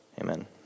Amen